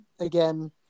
again